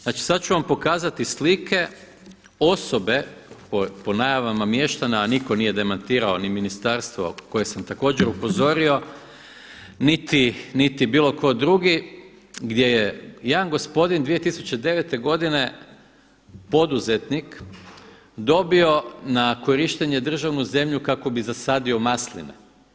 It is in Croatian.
Znači sada ću vam pokazati slike osobe po najavama mještana a nitko nije demantirao ni ministarstvo koje sam također upozorio niti bilo tko drugi gdje je jedan gospodin 2009. godine poduzetnik dobio na korištenje državnu zemlju kako bi zasadio masline.